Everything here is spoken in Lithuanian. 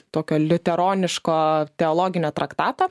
tokio liuteroniško teologinio traktato